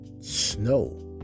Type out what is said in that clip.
snow